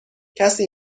کسی